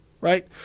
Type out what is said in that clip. right